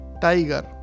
Tiger